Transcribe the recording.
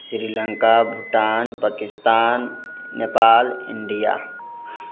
Sri Lanka Bhutan Pakistan Nepal India